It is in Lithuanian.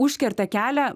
užkerta kelią